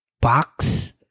box